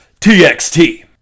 TXT